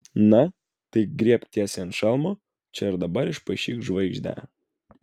na tai griebk tiesiai ant šalmo čia ir dabar išpaišyk žvaigždę